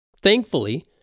Thankfully